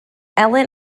ellen